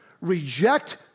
reject